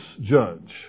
judge